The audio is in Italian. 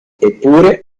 eppure